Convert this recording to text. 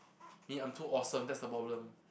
me I'm too awesome that's the problem